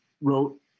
wrote